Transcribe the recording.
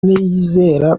niyonizera